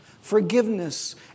forgiveness